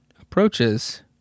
approaches